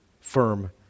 firm